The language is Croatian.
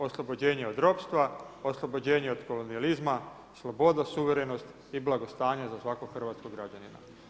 Oslobođenje od ropstva, oslobođenje od kolonijalizma, sloboda, suverenost i blagostanja za svakog hrvatskog građanina.